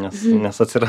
nes nes atsiranda